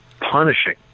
punishing